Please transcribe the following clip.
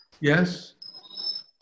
Yes